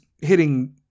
hitting